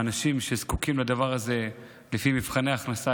האנשים שזקוקים לדבר הזה לפי מבחני הכנסה,